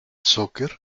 soccer